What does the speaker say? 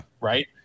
right